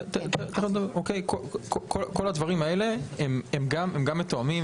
כל הדברים האלה גם מתואמים.